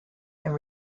and